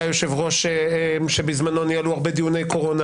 יושב-ראש שבזמנו ניהל הרבה דיוני קורונה